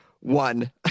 One